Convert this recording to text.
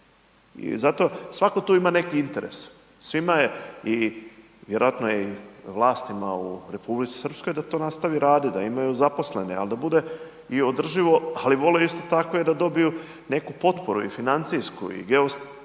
I zato svako tu ima neki interes. Svima je i vjerojatno je i vlastima u Republici Srpskoj da to nastavi raditi, da imaju zaposlene ali da bude i održivo ali vole isto tako i da dobiju neku potporu i financijsku i geopolitičke